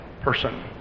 person